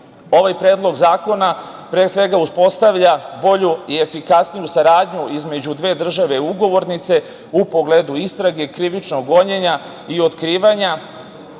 ovaj Predlog zakona, pre svega, uspostavlja bolju i efikasniju saradnju između dve države ugovornice u pogledu istrage krivičnog gonjenja i otkrivanja